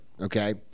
okay